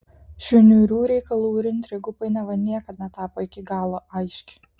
šių niūrių reikalų ir intrigų painiava niekad netapo iki galo aiški